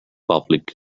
public